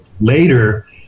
Later